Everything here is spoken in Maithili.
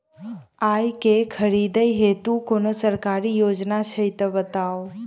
आइ केँ खरीदै हेतु कोनो सरकारी योजना छै तऽ बताउ?